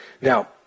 Now